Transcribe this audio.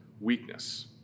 weakness